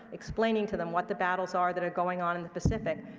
explaining to them what the battles are that are going on in the pacific.